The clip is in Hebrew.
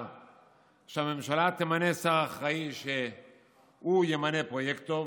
שהממשלה תמנה שר אחראי שימנה פרויקטור,